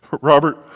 Robert